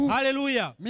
Hallelujah